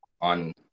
on